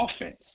offense